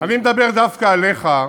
אני מדבר דווקא עליך,